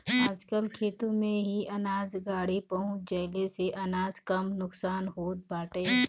आजकल खेते में ही अनाज गाड़ी पहुँच जईले से अनाज कम नुकसान होत बाटे